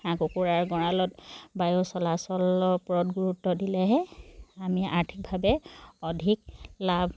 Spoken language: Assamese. হাঁহ কুকুৰাৰ গঁৰালত বায়ু চলাচলৰ ওপৰত গুৰুত্ব দিলেহে আমি আৰ্থিকভাৱে অধিক লাভ